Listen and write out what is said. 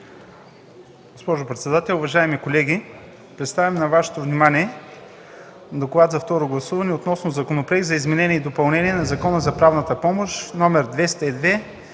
Госпожо председател, уважаеми колеги! Представям на Вашето внимание: „Доклад за второ гласуване на Законопроект за изменение и допълнение на Закона за правната помощ, №